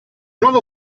nuovo